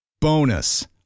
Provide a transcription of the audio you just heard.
Bonus